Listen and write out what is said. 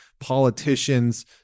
politicians